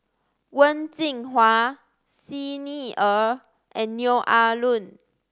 Wen Jinhua Xi Ni Er and Neo Ah Luan